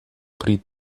pri